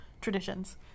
traditions